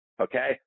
Okay